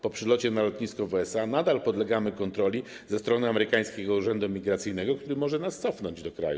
Po przylocie na lotnisko w USA nadal podlegamy kontroli ze strony amerykańskiego urzędu imigracyjnego, który może nas cofnąć do kraju.